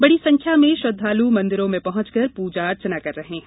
बड़ी संख्या में श्रद्दालु देवी मंदिरों में पहुंचकर पूजा अर्चना कर रहे हैं